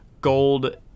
gold